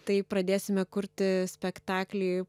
tai pradėsime kurti spektaklį